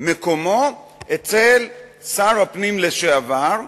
מקומו אצל שר הפנים לשעבר,